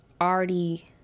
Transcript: already